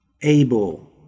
able